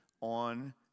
on